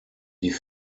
die